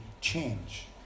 change